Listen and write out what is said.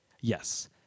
Yes